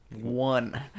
one